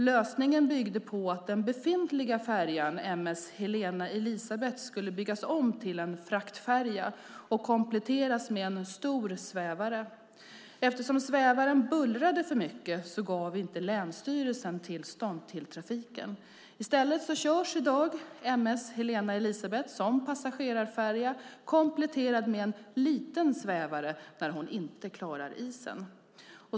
Lösningen byggde på att den befintliga färjan M S Helena Elisabeth som passagerarfärja kompletterad med en liten svävare när hon inte klarar isen.